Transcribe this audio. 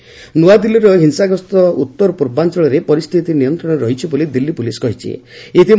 Delhi police violence ନୂଆଦିଲ୍ଲୀର ହିଂସାଗ୍ରସ୍ତ ଉତ୍ତର ପୂର୍ବାଞ୍ଚଳରେ ପରିସ୍ଥିତି ନିୟନ୍ତ୍ରଣରେ ରହିଛି ବୋଲି ଦିଲ୍ଲୀ ପୁଲିସ କହିଛି